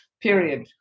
period